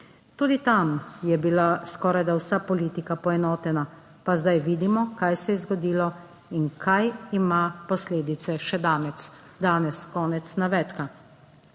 Tudi tam je bila skorajda vsa politika poenotena, pa zdaj vidimo kaj se je zgodilo in kaj ima posledice še danes." Konec navedka.